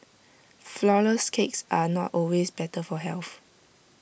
Flourless Cakes are not always better for health